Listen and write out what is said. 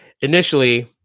Initially